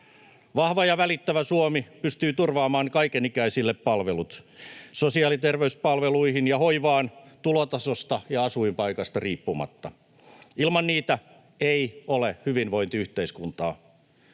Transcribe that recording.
Vahva ja välittävä Suomi pystyy turvaamaan kaikenikäisille palvelut, sosiaali- ja terveyspalvelut ja hoivan, tulotasosta ja asuinpaikasta riippumatta. Ilman niitä ei ole hyvinvointiyhteiskuntaa.